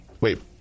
Wait